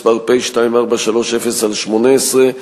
מס' פ/2430/18,